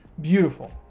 beautiful